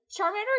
Charmander